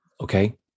okay